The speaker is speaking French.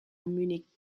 munich